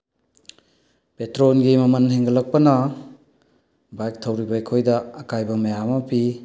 ꯄꯦꯇ꯭ꯔꯣꯜꯒꯤ ꯃꯃꯜ ꯍꯦꯟꯒꯠꯂꯛꯄꯅ ꯕꯥꯏꯛ ꯊꯧꯔꯤꯕ ꯑꯩꯈꯣꯏꯗ ꯑꯀꯥꯏꯕ ꯃꯌꯥꯝ ꯑꯃ ꯄꯤ